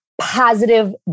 positive